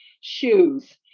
shoes